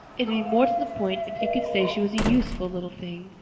it'd be more to the point if you could say she was a useful little thing,